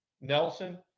Nelson